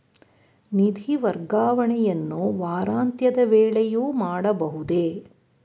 ನಿಧಿ ವರ್ಗಾವಣೆಯನ್ನು ವಾರಾಂತ್ಯದ ವೇಳೆಯೂ ಮಾಡಬಹುದೇ?